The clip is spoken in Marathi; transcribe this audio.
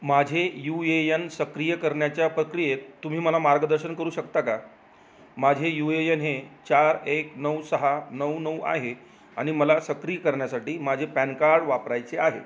माझे यू ये यन सक्रिय करण्याच्या प्रक्रियेत तुम्ही मला मार्गदर्शन करू शकता का माझे यू ये येन हे चार एक नऊ सहा नऊ नऊ आहे आणि मला सक्रिय करण्यासाठी माझे पॅन कार्ड वापरायचे आहे